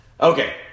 Okay